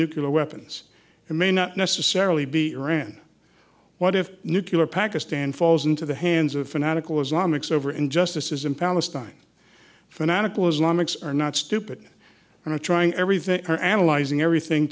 nuclear weapons and may not necessarily be iran what if nucular pakistan falls into the hands of fanatical islamic so over injustices in palestine fanatical islamics are not stupid and are trying everything they are analyzing everything